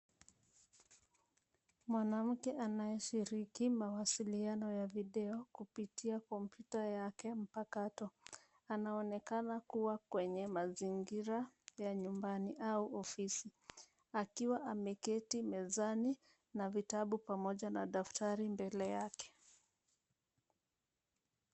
Mwanamke anayeshiriki mawasiliano ya video kupitia kompyuta yake mpakato. Anaonekana kuwa kwenye mazingira ya nyumbani au ofisi akiwa ameketi mezani na vitabu pamoja na daftari mbele yake.